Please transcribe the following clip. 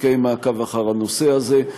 יתקיים מעקב אחר הנושא הזה.